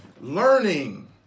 Learning